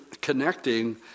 connecting